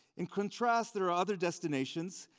in contrast there are other destinations,